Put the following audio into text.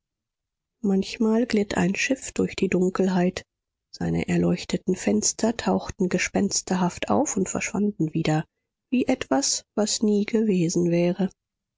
manchmal glitt ein schiff durch die dunkelheit seine erleuchteten fenster tauchten gespensterhaft auf und verschwanden wieder wie etwas was nie gewesen wäre